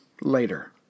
later